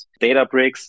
Databricks